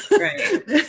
right